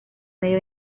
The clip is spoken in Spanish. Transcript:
medio